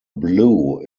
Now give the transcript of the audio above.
blue